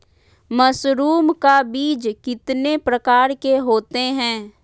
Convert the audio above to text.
Mushroom का बीज कितने प्रकार के होते है?